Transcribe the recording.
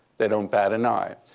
they don't bat an eye.